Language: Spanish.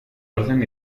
orden